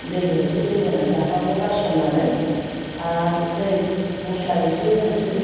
दै होनोसै दै होनानै लाफाखौ गारसननानै आरामसे मस्ला एसे होनोसै